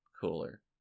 cooler